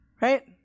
Right